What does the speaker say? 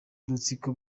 udutsiko